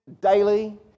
daily